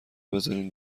بذارین